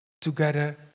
together